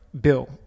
Bill